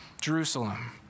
Jerusalem